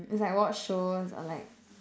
it's like watch shows or like